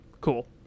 Cool